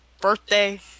birthday